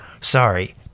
Sorry